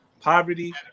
poverty